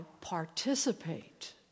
participate